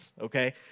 Okay